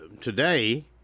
today